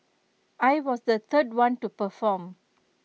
I was the third one to perform